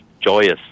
joyous